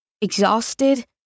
exhausted